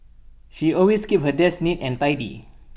she always keeps her desk neat and tidy